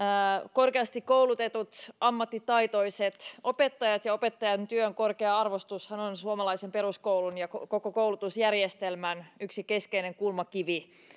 korkeasti koulutetut ammattitaitoiset opettajat ja opettajan työn korkea arvostushan ovat suomalaisen peruskoulun ja koko koulutusjärjestelmän yksi keskeinen kulmakivi